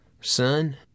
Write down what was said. son